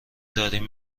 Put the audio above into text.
داریم